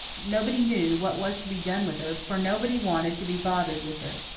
nobody knew what was to be done with her, for nobody wanted to be bothered with her.